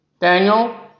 Daniel